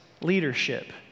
leadership